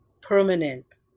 permanent